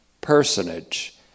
personage